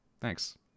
Thanks